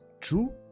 true